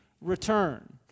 return